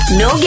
no